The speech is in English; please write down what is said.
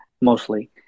mostly